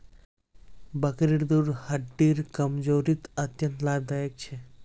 बकरीर दूध हड्डिर कमजोरीत अत्यंत लाभकारी छेक